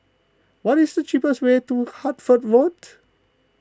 what is the cheapest way to Hertford Road